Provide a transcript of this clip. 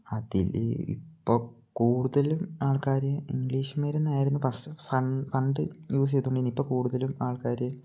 അതിൽ ഇപ്പോൾ കൂടുതലും ആൾക്കാർ ഇംഗ്ലീഷ് മരുന്നായിരുന്നു ഫസ്റ്റ് പണ്ട് യൂസ് ചെയ്തോണ്ടിരുന്നത് ഇപ്പോൾ കൂടുതലും ആൾക്കാർ